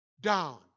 down